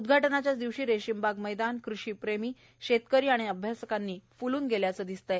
उद्घाटनाच्याच दिवशी रेशिमबाग मैदान कृषी प्रेमी शेतकरी आणि अभ्यासकांनी फुलून गेल्याचं दिसत आहे